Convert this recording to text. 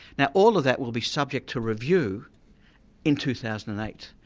now all of that will be subject to review in two thousand and eight,